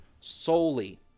solely